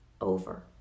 over